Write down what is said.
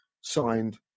signed